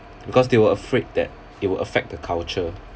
because they were afraid that it would affect the culture